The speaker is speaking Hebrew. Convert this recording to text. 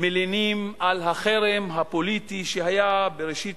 מלינים על החרם הפוליטי שהיה בראשית